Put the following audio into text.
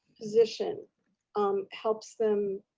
position um helps them